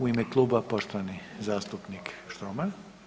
U ime kluba poštovani zastupnik Štromar.